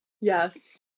yes